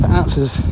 answers